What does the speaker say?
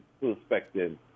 perspective